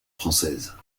française